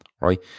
Right